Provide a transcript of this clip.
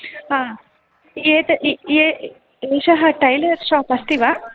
एषः tailor shop अस्ति वा